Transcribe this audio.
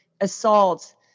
assault